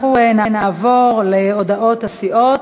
אנחנו נעבור להודעות הסיעות.